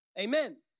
Amen